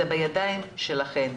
זה בידיים שלכן.